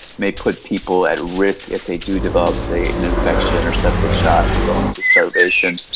may put people at risk if they do develop, say, an infection or septic shock or go into starvation,